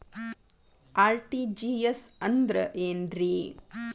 RTGS ಅಂದ್ರ ಏನ್ರಿ?